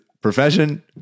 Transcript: profession